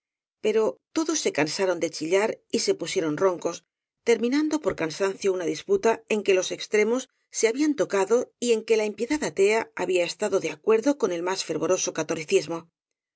pero todos se cansaron de chillar y se pusieron roncos terminando por cansancio una disputa en que los extremos se habían tocado y en que la impiedad atea había estado de acuerdo con el más fervoroso catolicismo